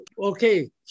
Okay